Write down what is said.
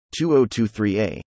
2023a